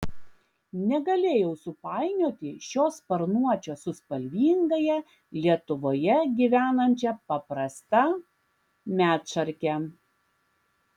negalėjau supainioti šio sparnuočio su spalvingąja lietuvoje gyvenančia paprasta medšarke